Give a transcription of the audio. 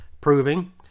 proving